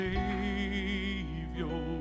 Savior